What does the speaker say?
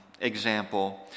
example